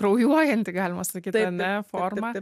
kraujuojanti galima sakyt ar ne forma